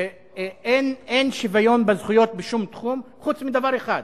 אין שוויון בזכויות בשום תחום, חוץ מדבר אחד: